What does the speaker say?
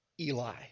Eli